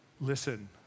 Listen